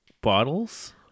bottles